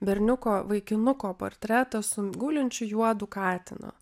berniuko vaikinuko portretą su gulinčiu juodu katinu